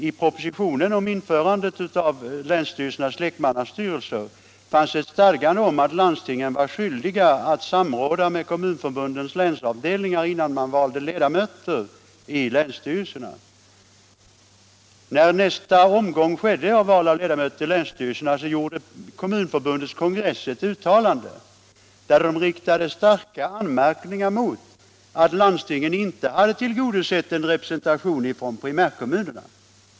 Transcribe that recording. I propositionen om införande av länsstyrelsernas lekmannastyrelser fanns ett stadgande om att landstingen var skyldiga att samråda med Kommunförbundets länsavdelningar innan man valde ledamöter i länsstyrelserna. När nästa omgång val av ledamöter till länsstyrelserna ägde rum gjorde Kommunförbundets kongress ett uttalande där man riktade anmärkningar mot att landstingen inte alltid tillgodosett representationen från primärkommunerna.